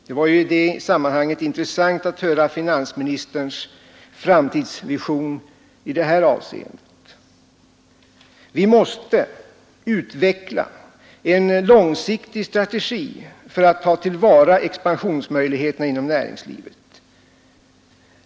Det var ju i det sammanhanget intressant att höra finansministerns framtidsvisioner. Vi måste utveckla en långsiktig strategi för att ta till vara expansionsmöjligheterna inom näringslivet.